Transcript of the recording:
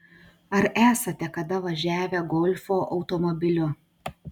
ar esate kada važiavę golfo automobiliu